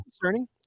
concerning